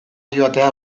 joatea